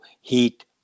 heat